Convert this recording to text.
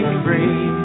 free